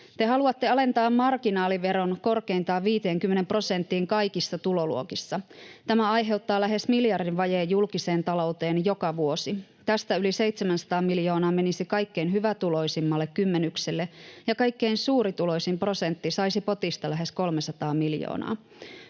Te haluatte alentaa marginaaliveron korkeintaan 50 prosenttiin kaikissa tuloluokissa. Tämä aiheuttaa lähes miljardin vajeen julkiseen talouteen joka vuosi. Tästä yli 700 miljoonaa menisi kaikkein hyvätuloisimmalle kymmenykselle, ja kaikkein suurituloisin prosentti saisi potista lähes 300 miljoonaa.